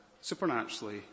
supernaturally